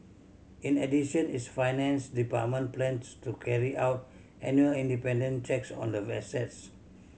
in addition its finance department plans to carry out annual independent checks on the assets